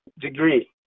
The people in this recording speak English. degree